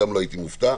לא הייתי מופתע.